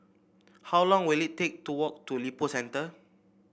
how long will it take to walk to Lippo Centre